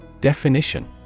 Definition